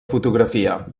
fotografia